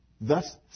thus